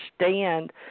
understand